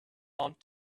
aunt